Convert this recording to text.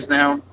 now